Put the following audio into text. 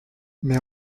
mais